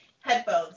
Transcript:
headphones